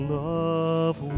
love